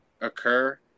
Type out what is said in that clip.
occur